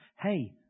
Hey